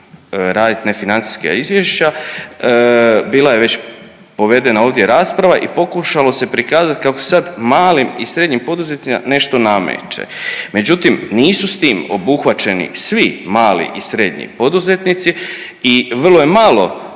radit nefinancijska izvješća, bila je već povedena ovdje rasprava i pokušalo se prikazat kako se sad malim i srednjim poduzetnicima nešto nameće. Međutim nisu s tim obuhvaćeni svi mali i srednji poduzetnici i vrlo je malo